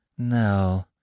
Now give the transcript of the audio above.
No